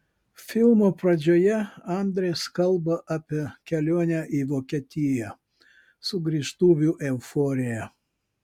filmo pradžioje andres kalba apie kelionę į vokietiją sugrįžtuvių euforiją